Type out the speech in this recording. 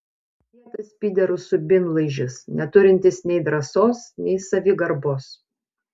kietas pyderų subinlaižis neturintis nei drąsos nei savigarbos